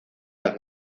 las